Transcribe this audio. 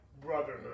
brotherhood